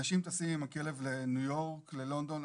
אנשים טסים עם הכלב לניו יורק, ללונדון.